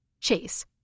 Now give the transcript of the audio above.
Chase